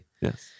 Yes